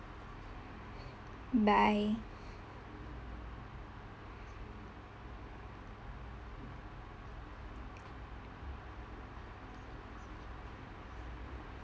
bye